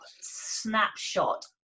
snapshot